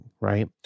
right